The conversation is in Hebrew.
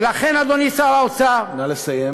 ולכן, אדוני שר האוצר, נא לסיים.